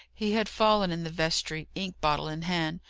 he had fallen in the vestry, ink-bottle in hand,